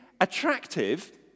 attractive